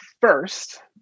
first